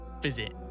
visit